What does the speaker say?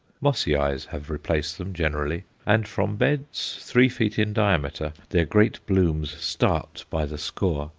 mossiaes have replaced them generally, and from beds three feet in diameter their great blooms start by the score,